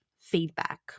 feedback